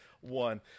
one